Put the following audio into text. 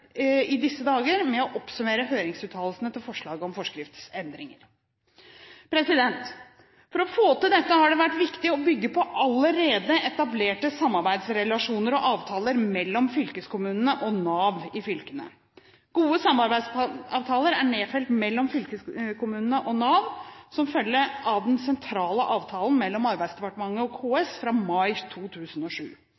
i disse dager med å oppsummere høringsuttalelsene til forslaget om forskriftsendringer. For å få til dette har det vært viktig å bygge på allerede etablerte samarbeidsrelasjoner og -avtaler mellom fylkeskommunene og Nav i fylkene. Gode samarbeidsavtaler er nedfelt mellom fylkeskommunene og Nav som følge av den sentrale avtalen mellom Arbeidsdepartementet og